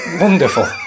Wonderful